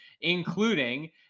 including